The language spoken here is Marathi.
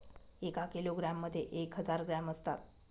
एका किलोग्रॅम मध्ये एक हजार ग्रॅम असतात